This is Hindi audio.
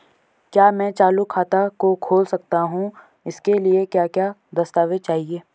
क्या मैं चालू खाता खोल सकता हूँ इसके लिए क्या क्या दस्तावेज़ चाहिए?